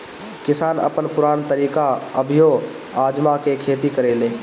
किसान अपन पुरान तरीका अभियो आजमा के खेती करेलें